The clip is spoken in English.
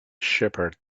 shepherd